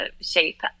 shape